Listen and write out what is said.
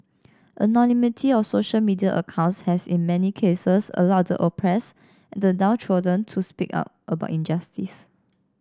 anonymity of social media accounts has in many cases allowed the oppressed and the downtrodden to speak out about injustice